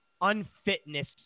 unfitness